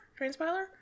transpiler